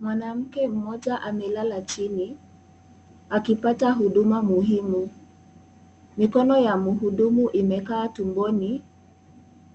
Mwanamke mmoja amelala chini akipata huduma muhimu. Mikono ya muhudumu imekaa tumboni